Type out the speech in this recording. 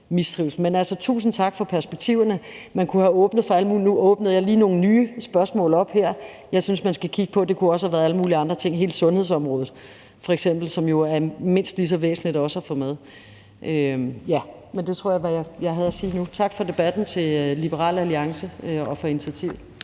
mistrivsel. Men tusind tak for perspektiverne. Nu åbnede jeg lige nogle nye spørgsmål op her, men det kunne også have været alle mulige andre ting, hele sundhedsområdet f.eks., som jo er mindst lige så væsentligt også at få med. Det tror jeg var, hvad jeg har at sige lige nu. Tak for debatten til Liberal Alliance og for initiativet.